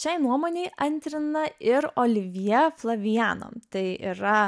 šiai nuomonei antrina ir olivier flaviano tai yra